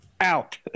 out